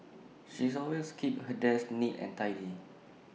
she's always keeps her desk neat and tidy